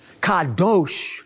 Kadosh